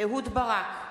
אהוד ברק,